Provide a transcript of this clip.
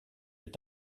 est